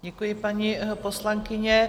Děkuji, paní poslankyně.